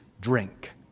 drink